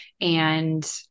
and-